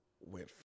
went